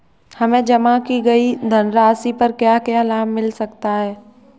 हमें जमा की गई धनराशि पर क्या क्या लाभ मिल सकता है?